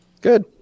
good